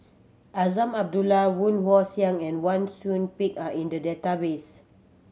Azman Abdullah Woon Wah Siang and Wang Sui Pick are in the database